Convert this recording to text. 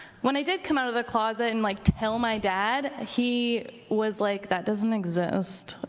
when i did come out of the closet and like tell my dad, he was, like, that doesn't exist.